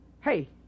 hey